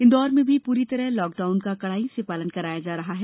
इंदौर में भी पूरी तरह लॉक डाउन का कड़ाई से पालन कराया जा रहा है